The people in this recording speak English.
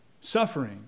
suffering